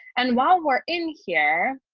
and while we're in here,